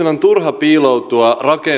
on turha piiloutua